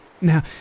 Now